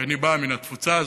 כי אני בא מן התפוצה הזאת,